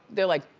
they're like,